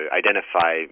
identify